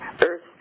Earth